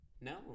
No